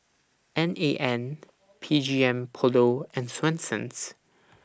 N A N B G M Polo and Swensens